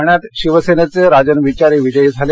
ठाण्यात शिवसेनेचे राजन विचारे विजयी झाले